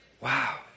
Wow